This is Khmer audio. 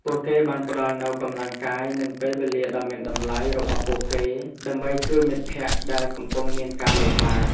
ពួកគេបានផ្តល់នូវកម្លាំងកាយនិងពេលវេលាដ៏មានតម្លៃរបស់ពួកគេដើម្បីជួយមិត្តភក្តិដែលកំពុងមានការលំបាក។